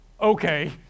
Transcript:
Okay